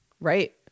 Right